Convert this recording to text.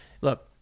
Look